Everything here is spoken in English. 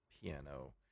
piano